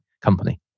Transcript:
company